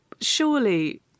surely